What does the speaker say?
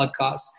Podcasts